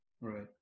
Right